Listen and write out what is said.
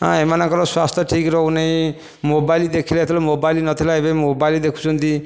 ଏଁ ଏମାନଙ୍କର ସ୍ୱାସ୍ଥ୍ୟ ଠିକ ରହୁନି ମୋବାଇଲ ଦେଖିଲେ ସେତେବେଳେ ମୋବାଇଲ ନ ଥିଲା ଏବେ ମୋବାଇଲ ଦେଖୁଛନ୍ତି